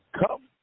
come